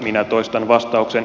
minä toistan vastauksen